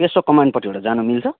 पेसोक कमानपट्टिबाट जान मिल्छ